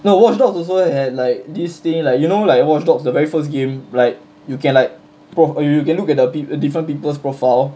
no watchdogs also had like this thing like you know like watchdogs the very first game like you can like pro~ you can look at the different people's profile